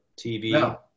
TV